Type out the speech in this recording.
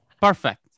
Perfect